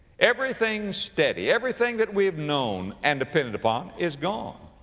everything steady, everything that we have known and depended upon is gone.